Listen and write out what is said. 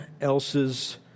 else's